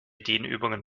dehnübungen